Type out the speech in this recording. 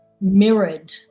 mirrored